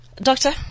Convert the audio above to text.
Doctor